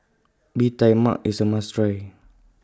Bee Tai Mak IS A must Try